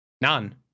None